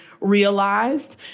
Realized